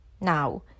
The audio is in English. Now